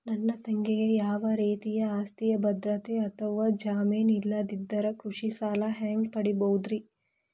ನನ್ನ ತಂಗಿಗೆ ಯಾವ ರೇತಿಯ ಆಸ್ತಿಯ ಭದ್ರತೆ ಅಥವಾ ಜಾಮೇನ್ ಇಲ್ಲದಿದ್ದರ ಕೃಷಿ ಸಾಲಾ ಹ್ಯಾಂಗ್ ಪಡಿಬಹುದ್ರಿ?